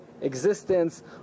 existence